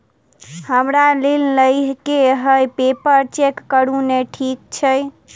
हमरा ऋण लई केँ हय पेपर चेक करू नै ठीक छई?